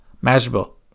Measurable